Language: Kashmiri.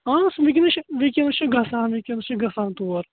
اۭں وٕںکٮ۪نس چھِ وٕںکٮ۪نس چھِ گَژھان وٕںکٮ۪نس چھِ گَژھان تور